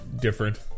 Different